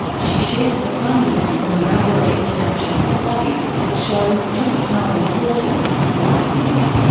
she shares the findings from a number of international studies that show just how important the midwife is.